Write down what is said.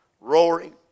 roaring